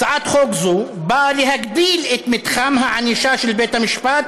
הצעת חוק זו באה להגדיל את מתחם הענישה של בית המשפט